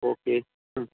okay